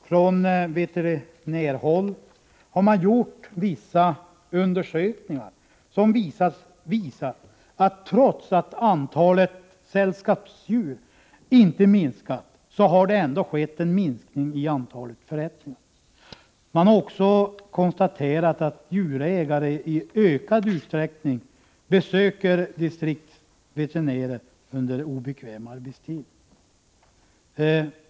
Från veterinärhåll har man gjort vissa undersökningar, som visar att trots att antalet sällskapsdjur inte har minskat har det ändå skett en minskning i antalet förrättningar. Man har också konstaterat att djurägare i ökad utsträckning besöker distriktsveterinärer under obekväm arbetstid.